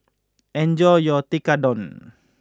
enjoy your Tekkadon